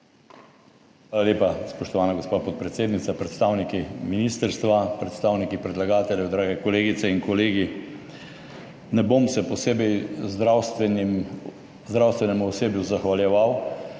Hvala lepa, spoštovana gospa podpredsednica. Predstavniki ministrstva predstavniki predlagateljev drage kolegice in kolegi! Ne bom se posebej zahvaljeval